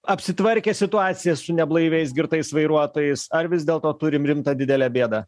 apsitvarkė situaciją su neblaiviais girtais vairuotojais ar vis dėlto turim rimtą didelę bėdą